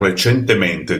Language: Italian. recentemente